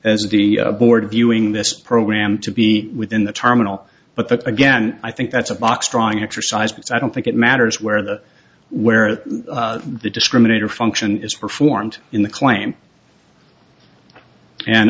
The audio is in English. as the board viewing this program to be within the terminal but that again i think that's a box trying exercise because i don't think it matters where the where the discriminator function is performed in the claim and